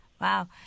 Wow